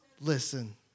Listen